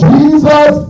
Jesus